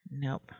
Nope